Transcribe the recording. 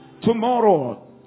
Tomorrow